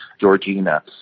Georgina